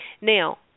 Now